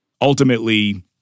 ultimately